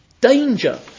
Danger